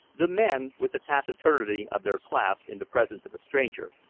the men, with the taciturnity of their class in the presence of a stranger,